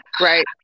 right